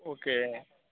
okay